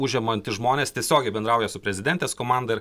užemantys žmonės tiesiogiai bendrauja su prezidentės komanda ir